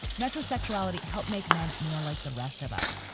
metro sexuality help make men more like the rest of us.